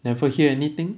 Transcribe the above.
never hear anything